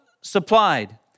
supplied